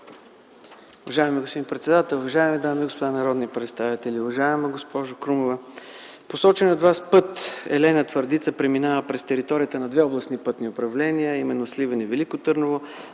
Уважаеми господин председател, уважаеми дами и господа народни представители! Уважаема госпожо Крумова, посоченият от Вас път Елена – Твърдица преминава през територията на две областни пътни управления, а именно Сливен и Велико Търново.